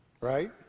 right